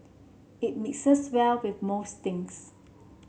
it mixes well with most things